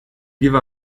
give